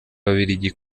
ababiligi